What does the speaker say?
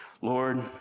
Lord